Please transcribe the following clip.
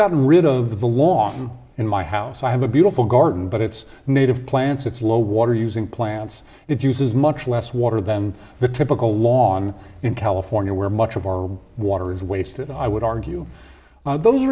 gotten rid of the lawn in my house i have a beautiful garden but its native plants its low water using plants it uses much less water than the typical lawn in california where much of our water is wasted i would argue those